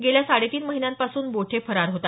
गेल्या साडेतीन महिन्यांपासून बोठे फरार होता